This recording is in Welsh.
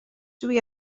dwi